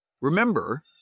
Remember